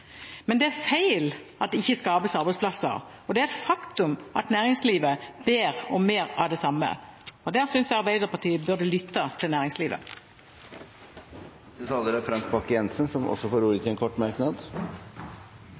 Men det er feil at det ikke skapes arbeidsplasser, og det er et faktum at næringslivet ber om mer av det samme. Her synes jeg at Arbeiderpartiet burde lytte til næringslivet. Representanten Frank Bakke-Jensen har hatt ordet to ganger tidligere og får ordet til en kort merknad,